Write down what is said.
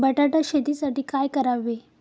बटाटा शेतीसाठी काय करावे?